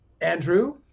Andrew